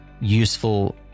useful